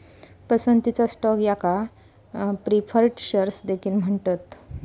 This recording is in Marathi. पसंतीचा स्टॉक याका प्रीफर्ड शेअर्स देखील म्हणतत